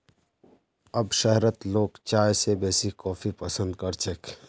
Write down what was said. अब शहरत लोग चाय स बेसी कॉफी पसंद कर छेक